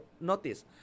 notice